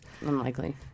Unlikely